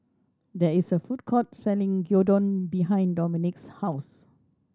there is a food court selling Gyudon behind Dominque's house